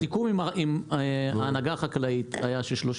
הסיכום עם ההנהגה החקלאית היה ש-30